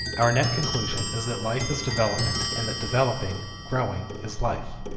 our net conclusion is that life is development, and that developing, growing, is life.